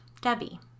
Debbie